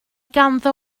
ganddo